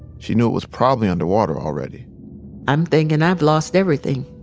she knew it was probably underwater already i'm thinking i've lost everything.